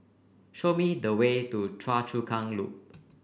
show me the way to Choa Chu Kang Loop